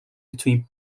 between